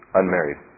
unmarried